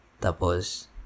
tapos